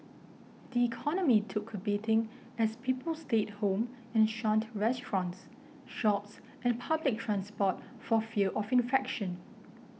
the economy took a beating as people stayed home and shunned restaurants shops and public transport for fear of infection